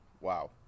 Wow